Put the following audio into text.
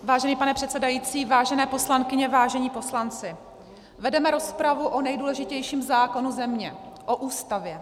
Vážený pane předsedající, vážené poslankyně, vážení poslanci, vedeme rozpravu o nejdůležitějším zákonu země, o Ústavě.